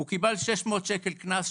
הוא קיבל 600 שקל קנס,